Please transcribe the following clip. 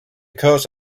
cause